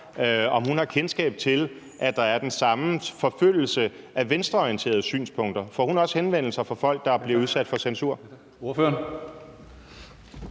gør, har kendskab til, at der er den samme forfølgelse af venstreorienterede synspunkter. Får ordføreren også henvendelser fra folk, der er blevet udsat for censur?